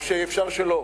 או שלא?